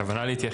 מה הכוונה?